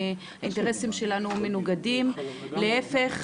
שהאינטרסים שלנו מנוגדים להיפך,